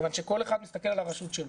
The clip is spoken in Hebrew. מכיוון שכל אחד מסתכל על הרשות שלו.